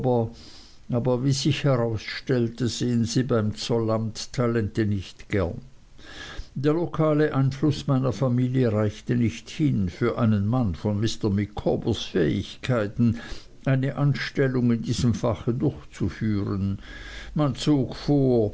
aber wie sich herausstellte sehen sie beim zollamt talent nicht gern der lokale einfluß meiner familie reichte nicht hin für einen mann von mr micawbers fähigkeiten eine anstellung in diesem fach durchzusetzen man zog vor